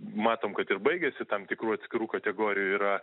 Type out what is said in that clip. matom kad ir baigiasi tam tikrų atskirų kategorijų yra